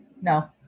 no